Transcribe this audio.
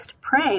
pray